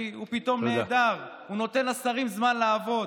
בכנסת הקודמת, על מעט הזמן שלא הוקמו ועדות,